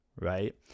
Right